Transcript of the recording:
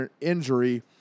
injury